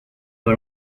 pas